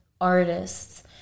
artists